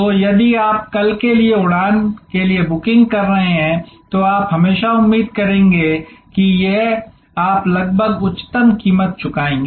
तो यदि आप कल के लिए उड़ान के लिए बुकिंग कर रहे हैं तो आप हमेशा उम्मीद करेंगे कि यह आप लगभग उच्चतम कीमत चुकाएंगे